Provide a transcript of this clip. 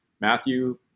Matthew